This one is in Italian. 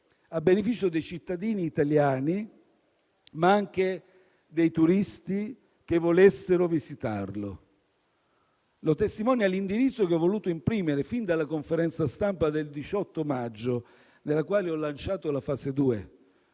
a beneficio dei cittadini italiani, ma anche dei turisti che volessero visitarlo. Lo testimonia l'indirizzo che ho voluto imprimere fin dalla conferenza stampa del 18 maggio, nella quale ho lanciato la fase 2.